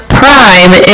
prime